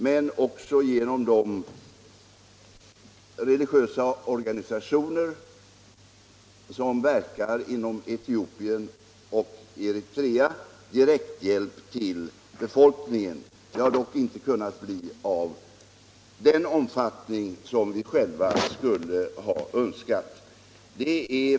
Men vi lämnar också genom de religiösa organisationer, som verkar inom Etiopien och Eritrea, direkthjälp till befolkningen. Hjälpen har dock inte kunnat bli av den omfattning som vi själva skulle ha önskat.